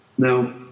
Now